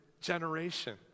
generation